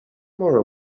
more